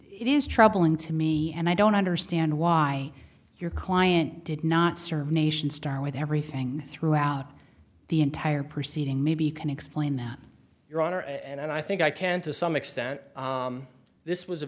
it is troubling to me and i don't understand why your client did not serve the nation star with everything throughout the entire proceeding maybe you can explain that your honor and i think i can to some extent this was a